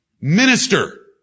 minister